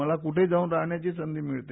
मला कुठंही जावून राहण्याची संधी मिळते